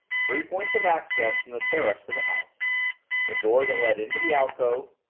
three points of access from the terrace to the house the door that led into the alcove,